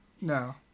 no